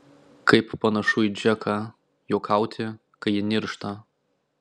kaip panašu į džeką juokauti kai ji niršta